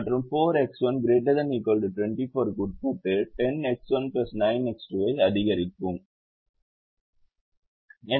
எனவே X1 X2 ≤ 5 மற்றும் 4X1 ≥ 24 க்கு உட்பட்டு 10X1 9X2 ஐ அதிகரிக்கவும்